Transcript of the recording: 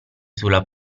sulla